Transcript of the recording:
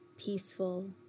peaceful